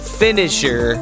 finisher